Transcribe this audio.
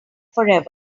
forever